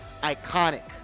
Iconic